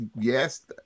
yes